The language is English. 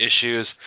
issues